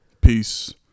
peace